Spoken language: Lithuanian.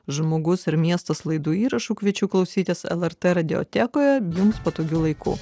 žmogus ir miestas laidų įrašų kviečiu klausytis lrt radiotekoje patogiu laiku